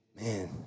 Man